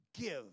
give